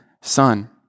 son